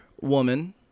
woman